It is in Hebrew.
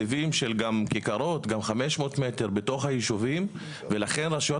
ופה זה תקציבים של כיכרות גם 500 מטרים בתוך הישובים ולכן רשויות